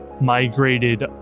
migrated